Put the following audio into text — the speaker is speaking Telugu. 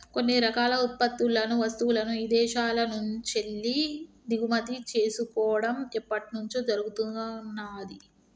కొన్ని రకాల ఉత్పత్తులను, వస్తువులను ఇదేశాల నుంచెల్లి దిగుమతి చేసుకోడం ఎప్పట్నుంచో జరుగుతున్నాది